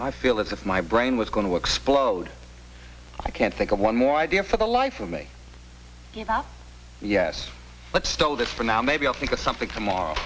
i feel as if my brain was going to explode i can't think of one more idea for the life of me get out yes but stole that from now maybe i'll think of something tomorrow